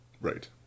Right